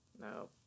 No